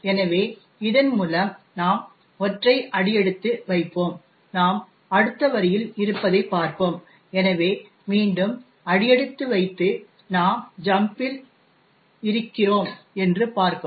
எனவே இதன் மூலம் நாம் ஒற்றை அடியெடுத்து வைப்போம் நாம் அடுத்த வரியில் இருப்பதைப் பார்ப்போம் எனவே மீண்டும் அடியெடுத்து வைத்து நாம் ஜம்ப் இல் இருகிறோம் என்று பார்க்கவும்